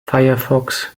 firefox